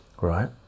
right